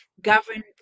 govern